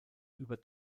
über